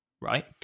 right